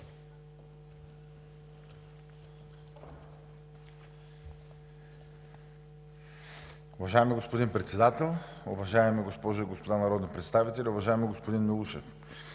Уважаеми господин Председател, уважаеми дами и господа народни представители! Уважаеми господин Иванов,